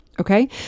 okay